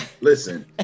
listen